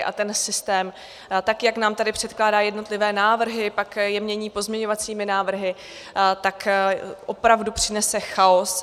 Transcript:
A ten systém, tak jak nám tady předkládá jednotlivé návrhy, pak je mění pozměňovacími návrhy, tak opravdu přinese chaos.